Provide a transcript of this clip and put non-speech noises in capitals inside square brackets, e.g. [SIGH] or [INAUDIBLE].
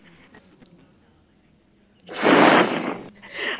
[LAUGHS]